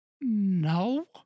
No